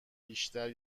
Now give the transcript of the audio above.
بیشتر